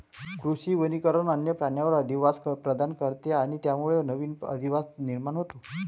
कृषी वनीकरण वन्य प्राण्यांना अधिवास प्रदान करते आणि त्यामुळे नवीन अधिवास निर्माण होतो